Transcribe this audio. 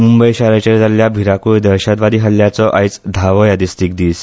मुंबय शाराचेर जाल्ल्या भिरांकुळ दहशतवादी हल्ल्याचो आयज धावो यादस्तीक दिस